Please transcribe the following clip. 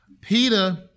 Peter